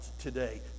today